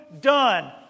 done